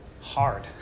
hard